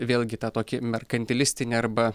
vėlgi tą tokį merkantilistinį arba